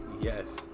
Yes